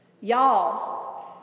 Y'all